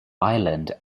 island